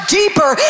deeper